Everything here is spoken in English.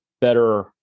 better